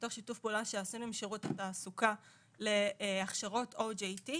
מתוך שיתוף פעולה שעשינו עם שירות התעסוקה להכשרות OJT,